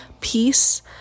peace